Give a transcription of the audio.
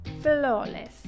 Flawless